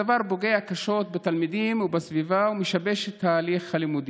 הדבר פוגע קשות בתלמידים ובסביבה ומשבש את ההליך הלימודי.